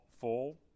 full